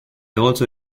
also